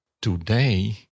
today